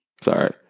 sorry